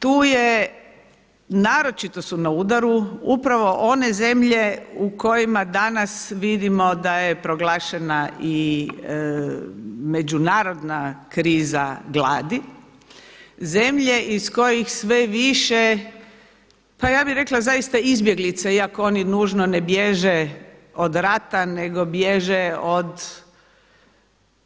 Tu je naročito su na udaru upravo one zemlje u kojima danas vidimo da je proglašena i međunarodna kriza gladi, zemlje iz kojih sve više, pa ja bih rekla zaista izbjeglica iako oni nužno ne bježe od rata nego bježe od